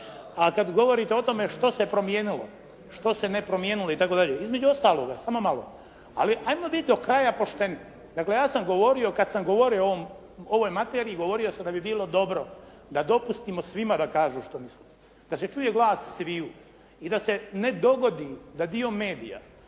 A kad govorite o tome što se promijenilo, što se ne promijenilo itd. Između ostaloga, ajmo biti do kraja pošteni. Dakle, ja sam govorio kad sam govorio o ovoj materiji govorio sam da bi bilo dobro da dopustimo svima da kažu što misle, da se čuje glas sviju i da se ne dogodi da dio medija